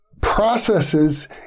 processes